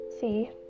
See